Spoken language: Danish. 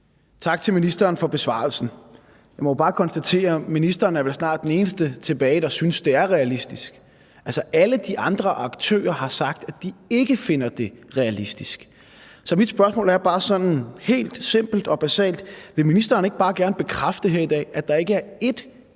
Tak til ministeren for besvarelsen. Jeg må bare konstatere, at ministeren vel snart er den eneste tilbage, som synes, at det er realistisk. Alle de andre aktører har sagt, at de ikke finder det realistisk. Så mit spørgsmål er bare helt simpelt og basalt: Vil ministeren ikke bare bekræfte her i dag, at der ikke er ét eneste